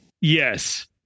Yes